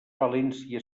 valència